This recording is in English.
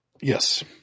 Yes